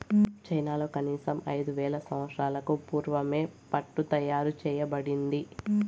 చైనాలో కనీసం ఐదు వేల సంవత్సరాలకు పూర్వమే పట్టు తయారు చేయబడింది